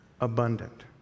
abundant